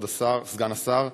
סגן השר.